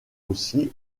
aussi